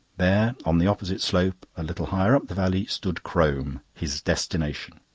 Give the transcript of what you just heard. there, on the opposite slope, a little higher up the valley, stood crome, his destination.